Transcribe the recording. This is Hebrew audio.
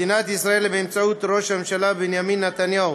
מדינת ישראל באמצעות ראש הממשלה בנימין נתניהו